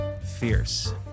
Fierce